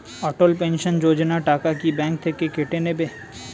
অটল pension Yojana টাকা কি bank থেকে কেটে নেবে?